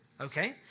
Okay